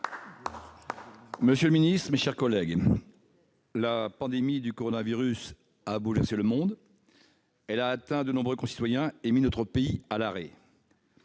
monsieur le ministre, mes chers collègues, la pandémie du coronavirus a bouleversé le monde. Elle a atteint nombre de nos concitoyens et mis notre pays à l'arrêt.